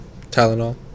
Tylenol